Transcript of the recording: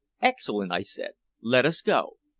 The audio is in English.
excellent! i said. let us go.